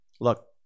Look